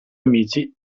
amici